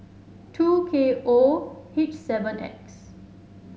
two K O H seven X